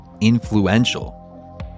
influential